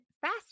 fast